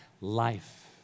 life